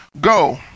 go